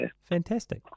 Fantastic